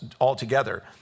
altogether